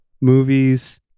movies